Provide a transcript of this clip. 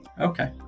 Okay